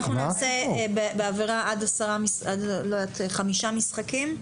אנחנו נעשה בעבירה עד חמישה משחקים.